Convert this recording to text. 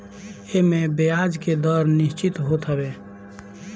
एमे बियाज के दर निश्चित होत हवे